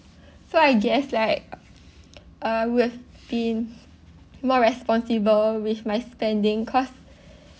so I guess like uh would be more responsible with my spending cause